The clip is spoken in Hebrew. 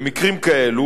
במקרים כאלה,